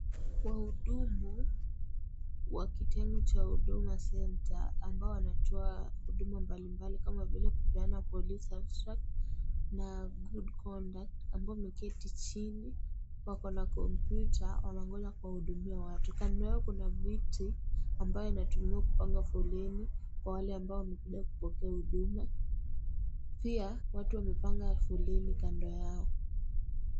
Wahudumu wa kitengo cha Huduma Center ambao wanatoa huduma mbalimbali kama vile kupeana police abstract na good conduct ambao wameketi chini wako na kompyuta wanangoja kuwahudumia watu . Kando yao kuna viti ambayo inatumiwa kupanga foleni kwa wale ambao wamekuja kupokea huduma pia watu wamepanga foleni kando yao .